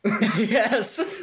yes